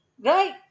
Right